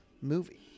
movie